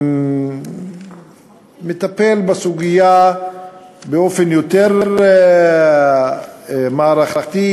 מטפל בסוגיה באופן יותר מערכתי,